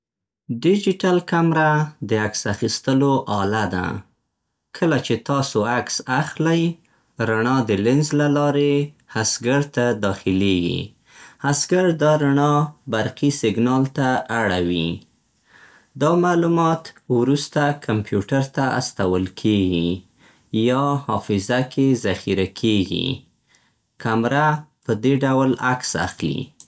ډیجیټل کمره د عکس اخیستلو اله ده. کله چې تاسو عکس اخلئ، رڼا د لینز له لارې حسګر ته داخلیږي. حسګر دا رڼا برقي سیګنال ته اړوي. دا معلومات وروسته کمپیوټر ته استول کېږي یا حافظه کې ذخیره کېږي. کمره په دې ډول عکس اخلي.